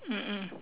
mm mm